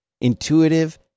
intuitive